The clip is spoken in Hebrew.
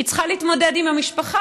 היא צריכה להתמודד עם המשפחה,